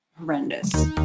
horrendous